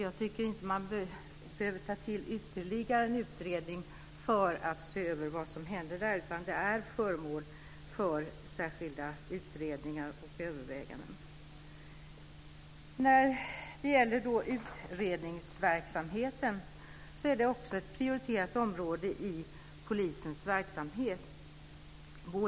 Jag tycker därför inte att man behöver ta till ytterligare en utredning för att se över vad som hände där, utan detta är föremål för särskilda utredningar och överväganden. Utredningsverksamheten är också ett prioriterat område i polisens verksamhet.